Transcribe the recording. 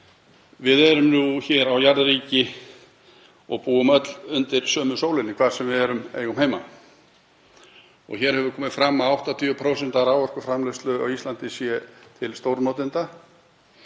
Við erum hér á jarðríki og búum öll undir sömu sólinni hvar sem við eigum heima. Hér hefur komið fram að 80% af raforkuframleiðslu á Íslandi fari til stórnotenda